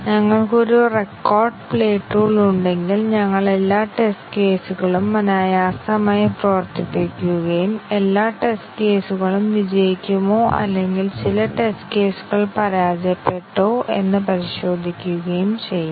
അതിനാൽ ചെറിയ പ്രോഗ്രാമുകൾക്കായി സൈക്ലോമാറ്റിക് സങ്കീർണ്ണത എന്താണ് ലിനെയാർലി ഇൻഡിപെൻഡൻറ് പാത്തുകളുടെ ഗണം നിർണ്ണയിക്കുന്നതെന്ന് ഞങ്ങൾ ആദ്യം നിർണ്ണയിക്കുകയും തുടർന്ന് ഈ പാത്തുകൾ നടപ്പിലാക്കുന്ന ടെസ്റ്റ് കേസുകൾ ഡിസൈൻ ടെസ്റ്റ് കേസുകൾ നിർദ്ദേശിക്കുകയും ചെയ്യുന്നു